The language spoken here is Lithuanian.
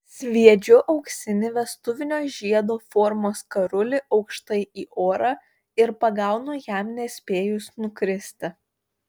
sviedžiu auksinį vestuvinio žiedo formos karulį aukštai į orą ir pagaunu jam nespėjus nukristi